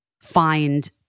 find